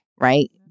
right